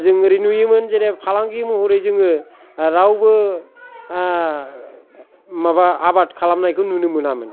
जों ओरै नुयोमोन जेरै फालांगि महरै जोङो रावबो माबा आबाद खालामनायखौ नुनो मोनामोन